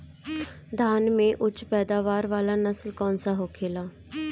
धान में उच्च पैदावार वाला नस्ल कौन सा होखेला?